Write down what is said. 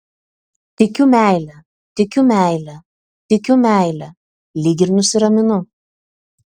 tikiu meile tikiu meile tikiu meile lyg ir nusiraminu